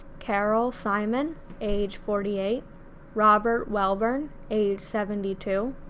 carol simon age forty eight robert wellburn age seventy two,